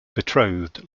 betrothed